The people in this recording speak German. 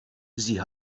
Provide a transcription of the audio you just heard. sie